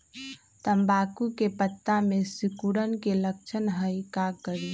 तम्बाकू के पत्ता में सिकुड़न के लक्षण हई का करी?